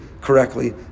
correctly